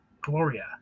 Gloria